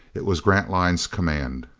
it was grantline's command.